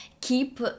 keep